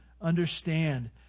understand